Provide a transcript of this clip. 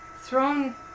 thrown